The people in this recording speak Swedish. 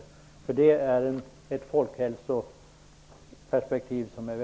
Det är ett viktigt folkhälsoperspektiv.